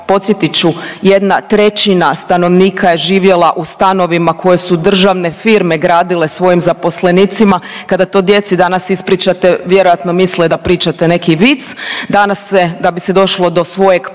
podsjetit ću jedna trećina stanovnika je živjela u stanovima koje su državne firme gradile svojim zaposlenicima. Kada to djeci danas ispričate vjerojatno misle da pričate neki vic. Danas se da bi se došlo do svojeg